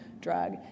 drug